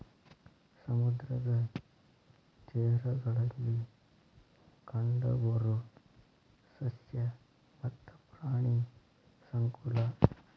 ಸಮುದ್ರದ ತೇರಗಳಲ್ಲಿ ಕಂಡಬರು ಸಸ್ಯ ಮತ್ತ ಪ್ರಾಣಿ ಸಂಕುಲಾ